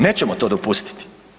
Nećemo to dopustiti.